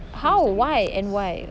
how why and why